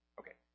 okay